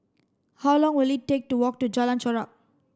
how long will it take to walk to Jalan Chorak